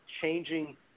changing